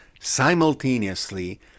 simultaneously